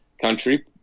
country